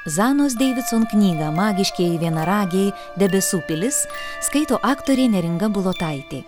zanos deividson knygą magiškieji vienaragiai debesų pilis skaito aktorė neringa bulotaitė